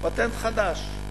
פטנט חדש.